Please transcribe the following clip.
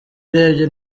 urebye